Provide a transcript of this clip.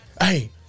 Hey